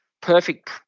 perfect